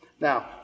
Now